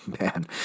Man